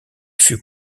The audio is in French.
fut